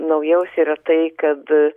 naujausia yra tai kad